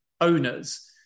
owners